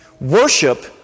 Worship